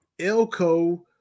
Elko